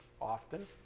often